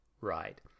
right